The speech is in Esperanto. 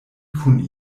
kun